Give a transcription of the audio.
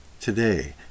Today